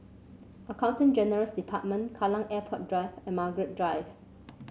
Accountant General's Department Kallang Airport Drive and Margaret Drive